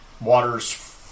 Water's